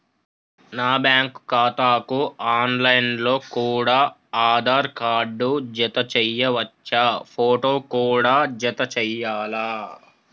నా బ్యాంకు ఖాతాకు online లో కూడా ఆధార్ కార్డు జత చేయవచ్చా ఫోటో కూడా జత చేయాలా?